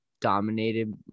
dominated